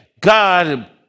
God